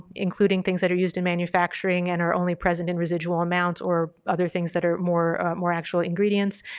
including things that are used in manufacturing and are only present in residual amounts or other things that are more more actual ingredients.